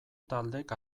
taldek